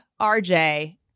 RJ